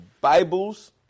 Bibles